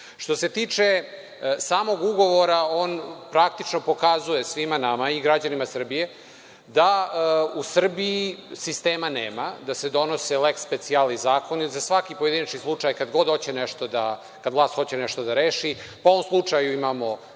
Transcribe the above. se tiče samog ugovora on praktično pokazuje svima nama i građanima Srbije da u Srbiji sistema nema, da se donose „leks specijalis“ zakoni za svaki pojedinačni slučaj kada vlast hoće nešto da reši, u ovom slučaju imamo